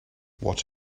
what